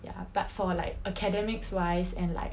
ya but for like academics wise and like